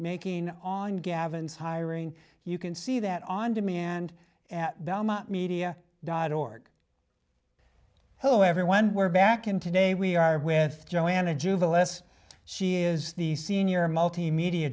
making on gavin's hiring you can see that on demand at belmont media dot org hello everyone we're back in today we are with joanna juva last she is the senior multimedia